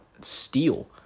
steel